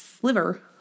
sliver